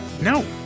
No